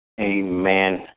Amen